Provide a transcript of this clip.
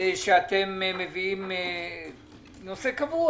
שאתם מביאים נושא קבוע.